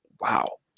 wow